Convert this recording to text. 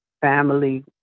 Family